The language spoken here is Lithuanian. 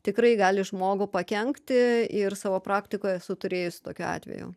tikrai gali žmogų pakenkti ir savo praktikoj esu turėjusi tokių atvejų